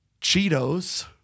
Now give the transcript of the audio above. Cheetos